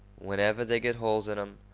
whenever they get holes in em,